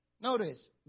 Notice